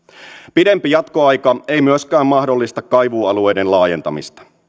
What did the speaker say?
pidempi jatkoaika ei myöskään mahdollista kaivuualueiden laajentamista